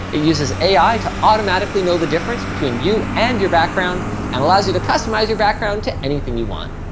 it uses ai to automatically know the difference between you and your background and allows you to customize your background to anything you want.